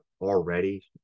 already